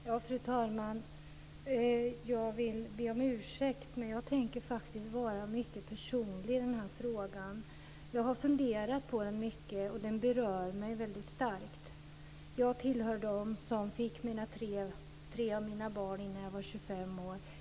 Fru talman! Jag vill be om ursäkt, men jag tänker faktiskt vara mycket personlig i den här frågan. Jag har funderat på den mycket, och den berör mig väldigt starkt. Jag hör till dem som fick tre av mina barn innan jag var 25 år.